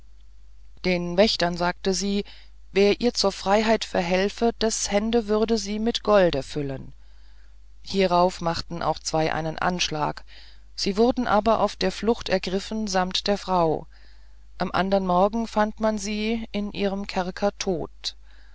den wächtern sagte sie wer ihr zur freiheit helfe des hände würde sie mit golde füllen hierauf machten auch zwei einen anschlag sie wurden aber auf der flucht ergriffen samt der frau am andern morgen fand man sie in ihrem kerker tot